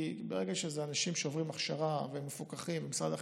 כי ברגע שאלה אנשים שעוברים הכשרה ומפוקחים במשרד החינוך,